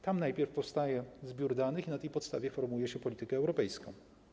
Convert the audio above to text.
Tam najpierw powstaje zbiór danych i na tej podstawie formułuje się politykę europejską.